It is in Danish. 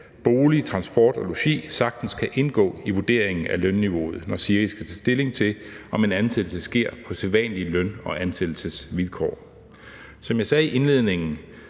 bolig, transport og logi sagtens kan indgå i vurderingen af lønniveauet, når SIRI skal tage stilling til, om en ansættelse sker på sædvanlige løn- og ansættelsesvilkår. Som jeg sagde i indledningen,